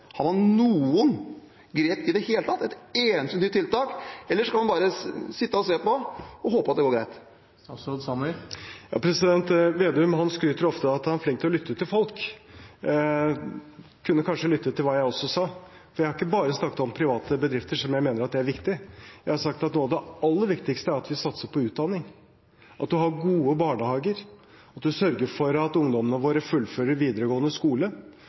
har regjeringen noen grep i det hele tatt, et eneste nytt tiltak, eller skal man bare sitte og se på og håpe at det går greit? Vedum skryter ofte av at han er flink til å lytte til folk. Han kunne kanskje lyttet til hva jeg også sa. Jeg har ikke bare snakket om private bedrifter, selv om jeg mener at det er viktig. Jeg har sagt at noe av det aller viktigste er at vi satser på utdanning, at man har gode barnehager, at man sørger for at ungdommene våre fullfører videregående skole,